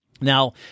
Now